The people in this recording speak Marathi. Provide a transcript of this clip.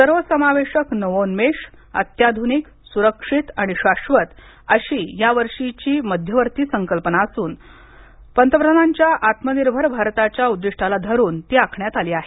सर्वसमावेशक नवोन्मेश अत्याधुनिक सुरक्षित आणि शाश्वत अशी या वर्षीची मध्यवर्ती संकल्पना असून पंतप्रधानांच्या आत्मनिर्भर भारताच्या उद्दिष्टाला धरून ती आखण्यात आली आहे